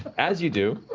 as you do,